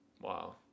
Wow